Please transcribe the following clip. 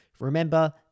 Remember